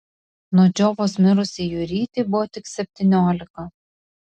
nuo džiovos mirusiai jurytei buvo tik septyniolika